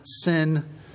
sin